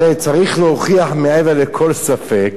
הרי צריך להוכיח מעבר לכל ספק